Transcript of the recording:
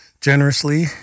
generously